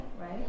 right